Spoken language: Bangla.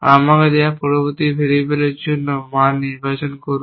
আমাকে দেওয়া পরবর্তী ভেরিয়েবলের জন্য মান নির্বাচন করুন